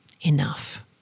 enough